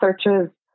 searches